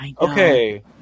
Okay